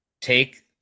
Take